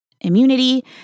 immunity